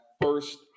first